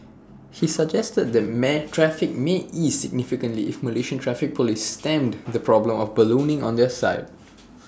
he suggested the man traffic may ease significantly if Malaysian traffic Police stemmed the problem of ballooning on their side